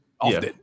often